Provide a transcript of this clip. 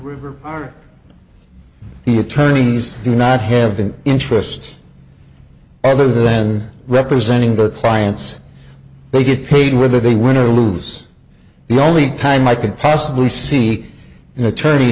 river are the attorneys do not have an interest other than representing the clients they get paid whether they win or loose the only time i can possibly see